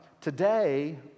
today